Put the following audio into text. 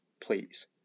please